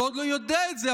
הוא עוד לא יודע את זה,